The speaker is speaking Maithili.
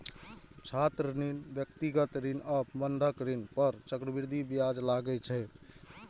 छात्र ऋण, व्यक्तिगत ऋण आ बंधक ऋण पर चक्रवृद्धि ब्याज लागै छै